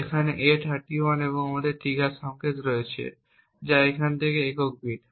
এখানে A31 এবং আমাদের কাছে ট্রিগার সংকেত রয়েছে যা এখানে একক বিট